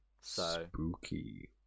Spooky